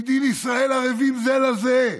מדין ישראל ערבים זה לזה.